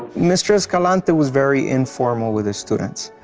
mr. escalante was very informal with his students.